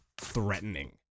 threatening